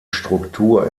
struktur